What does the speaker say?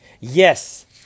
Yes